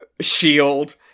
shield